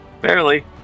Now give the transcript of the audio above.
Barely